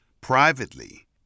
privately